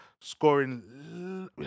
scoring